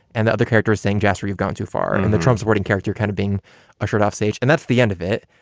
and the other characters saying, jaster, you've gone too far and the trump supporting character kind of being ushered off stage and that's the end of it.